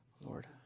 Lord